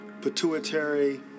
pituitary